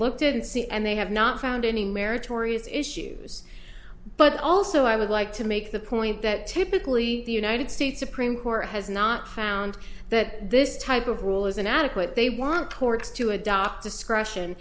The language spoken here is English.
looked at and see and they have not found any meritorious issues but also i would like to make the point that typically the united states supreme court has not found that this type of rule is an adequate they want courts to adopt discretion